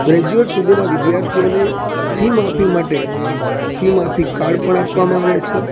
graduate સુધીના વિદ્યાર્થીઓને fee માફી માટે ફી માફી કાર્ડ પણ આપવામાં આવે છે